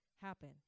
happen